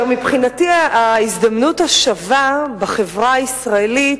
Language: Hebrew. מבחינתי ההזדמנות השווה בחברה הישראלית